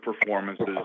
performances